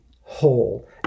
whole